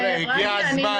הגיע הזמן -- ראדי,